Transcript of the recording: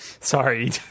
Sorry